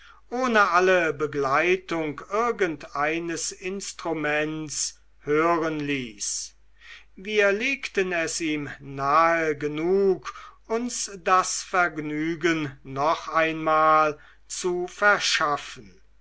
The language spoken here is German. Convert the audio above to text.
ohne alle begleitung irgendeines instruments hören ließ wir legten es ihm nahe genug uns das vergnügen noch einmal zu verschaffen